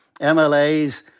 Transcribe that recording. MLAs